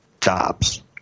Jobs